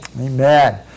Amen